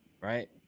right